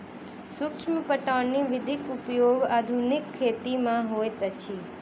सूक्ष्म पटौनी विधिक उपयोग आधुनिक खेती मे होइत अछि